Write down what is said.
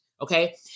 Okay